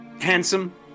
handsome